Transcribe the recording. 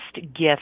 gift